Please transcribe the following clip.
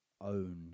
own